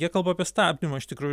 jie kalba apie stabdymą iš tikrųjų